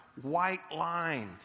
white-lined